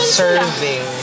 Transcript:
serving